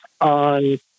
on